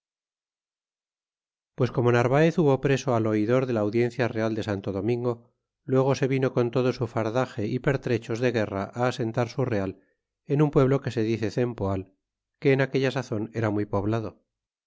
pues como narvaez hube preso al oidor de la audiencia real de santo domingo luego se vino con todo su fardaxe é pertrechos de guerra cem asentar su real en un pueblo que se dice poal que en aquella sazon era muy poblado